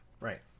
Right